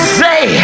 say